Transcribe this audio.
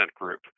group